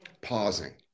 pausing